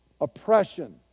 oppression